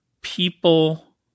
people